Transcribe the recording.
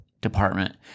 department